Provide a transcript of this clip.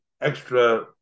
extra